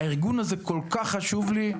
הארגון הזה כל כך חשוב לי.